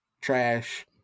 trash